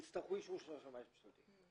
יצטרכו אישור של השמאי הממשלתי.